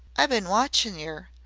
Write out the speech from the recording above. i bin watchin' yer,